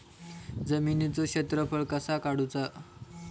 जमिनीचो क्षेत्रफळ कसा काढुचा?